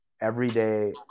everyday